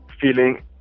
feeling